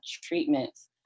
treatments